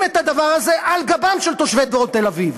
את הדבר הזה על גבם של תושבי דרום תל-אביב.